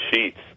sheets